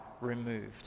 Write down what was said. removed